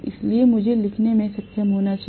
इसलिए मुझे लिखने में सक्षम होना चाहिए